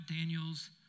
Daniel's